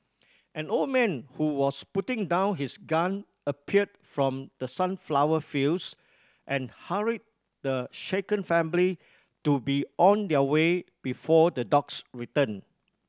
an old man who was putting down his gun appeared from the sunflower fields and hurried the shaken family to be on their way before the dogs return